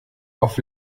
auf